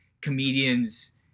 comedians